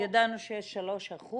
ידענו שיש 3%